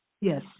yes